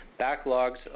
Backlogs